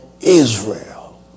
Israel